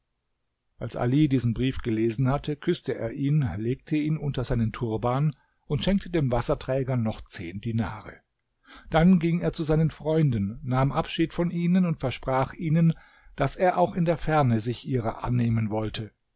als ali diesen brief gelesen hatte küßte er ihn legte ihn unter seinen turban und schenkte dem wasserträger noch zehn dinare dann ging er zu seinen freunden nahm abschied von ihnen und versprach ihnen daß er auch in der ferne sich ihrer annehmen wollte